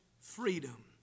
freedom